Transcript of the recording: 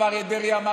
הרב אריה דרעי,